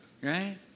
right